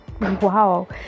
wow